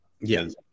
Yes